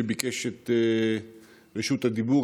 שביקש את רשות הדיבור,